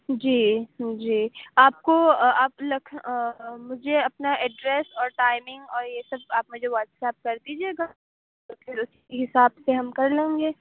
جی جی آپ کو آپ لکھ مجھے اپنا ایڈریس اور ٹائمنگ اور یہ سب آپ مجھے واٹسپ کر دیجیے گا تو پھر اُسی حساب سے ہم کر لیں گے